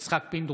יצחק פינדרוס,